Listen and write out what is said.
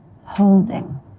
holding